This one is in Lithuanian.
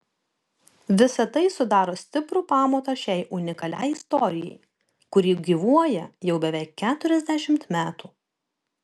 visa tai sudaro stiprų pamatą šiai unikaliai istorijai kuri gyvuoja jau beveik keturiasdešimt metų